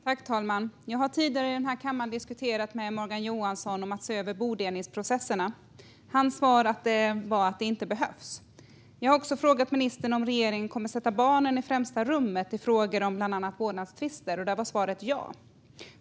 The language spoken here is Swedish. Fru talman! Jag har tidigare i denna kammare diskuterat med Morgan Johansson om att se över bodelningsprocesserna. Hans svar var att det inte behövs. Jag har också frågat ministern om regeringen kommer att sätta barnen i främsta rummet i frågor om bland annat vårdnadstvister. Där var svaret ja.